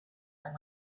and